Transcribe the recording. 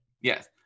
Yes